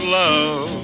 love